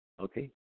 Okay